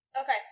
Okay